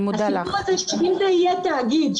הסיפור הזה שאם זה יהיה תאגיד,